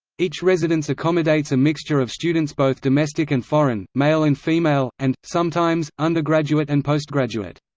each residence accommodates a mixture of students both domestic and foreign, male and female, and, sometimes, undergraduate and postgraduate.